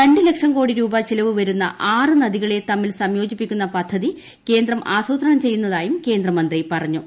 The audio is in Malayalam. രണ്ടു ലക്ഷംകോടി രൂപ ചിലവുവരുന്ന ആറ് നദികളെ തമ്മിൽ സംയ്യോജിപ്പിക്കുന്ന പദ്ധതി കേന്ദ്രം ആസൂത്രണം ചെയ്യുന്നതായും കേന്ദ്രമന്ത്രി പറഞ്ഞു